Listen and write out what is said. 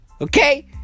Okay